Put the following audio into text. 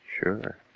Sure